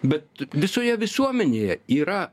bet visoje visuomenėje yra